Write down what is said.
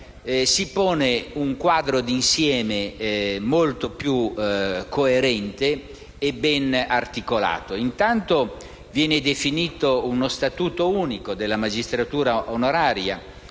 si pone un quadro di insieme molto più coerente e ben articolato. Intanto, viene definito uno statuto unico della magistratura onoraria,